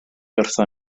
wrthon